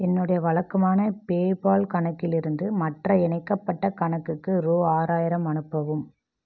என்னுடைய வக்கமான பேபால் கணக்கிலிருந்து மற்ற இணைக்கப்பட்ட கணக்குக்கு ரூ ஆறாயிரம் அனுப்பவும்